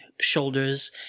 shoulders